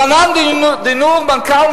רענן דינור מנכ"ל,